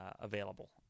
available